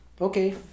okay